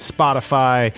Spotify